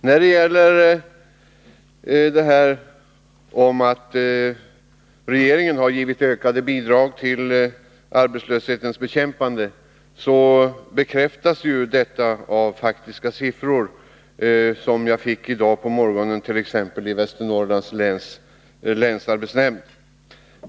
När det gäller detta att regeringen har givit ökade bidrag till arbetslöshetens bekämpande kan jag säga att det bekräftas av faktiska siffror, som jag fick i dag på morgonen bl.a. från Västernorrlands läns länsarbetsnämnd.